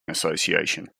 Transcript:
association